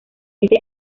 este